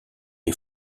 les